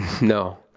No